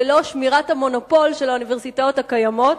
ולא שמירת המונופול של האוניברסיטאות הקיימות.